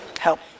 Help